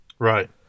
Right